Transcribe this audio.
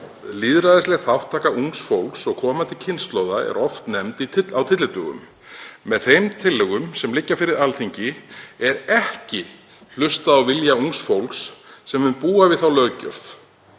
Lýðræðisleg þátttaka ungs fólks og komandi kynslóða er oft nefnd á tyllidögum. Með þeim tillögum sem liggja fyrir Alþingi er ekki hlustað á vilja ungs fólks sem mun búa við þessa löggjöf,